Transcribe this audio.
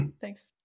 Thanks